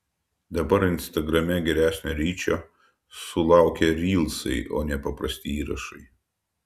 dabar instagrame geresnio ryčo sulaukia rylsai o ne paprasti įrašai